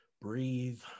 breathe